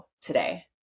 today